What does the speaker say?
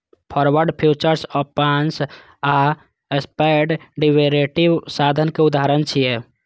forward, futures, options आ swap derivative साधन के उदाहरण छियै